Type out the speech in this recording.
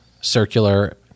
circular